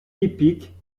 typiques